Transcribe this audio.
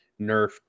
nerfed